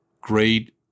great